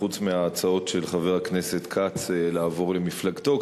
חוץ מההצעות של חבר הכנסת כץ לעבור למפלגתו,